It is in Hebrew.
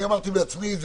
אמרתי בעצמי.